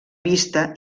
vista